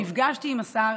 נפגשתי עם השר,